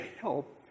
help